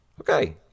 Okay